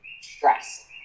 stress